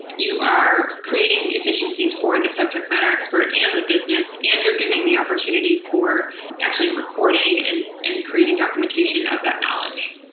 you are creating efficiencies for the subject matter expert in the business and you're giving the opportunity for actually recording and creating documentation of that knowledge.